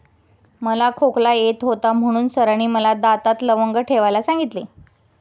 मला खोकला येत होता म्हणून सरांनी मला दातात लवंग ठेवायला सांगितले